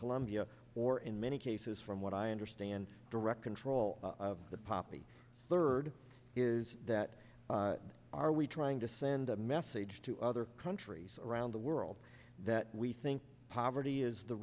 colombia or in many cases from what i understand direct control of the poppy third is that are we trying to send a message to other countries around the world that we think poverty is the